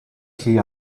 key